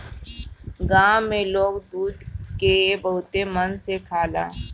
गाँव में लोग दूध के बहुते मन से खाला